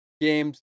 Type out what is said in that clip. games